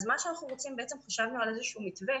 חשבנו על מתווה.